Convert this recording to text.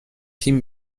تیم